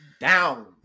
down